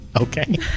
Okay